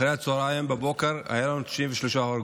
אחרי הצוהריים, בבוקר, היו לנו 93 הרוגים.